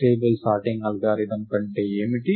stable sorting algorithm అంటే ఏమిటి